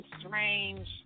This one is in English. strange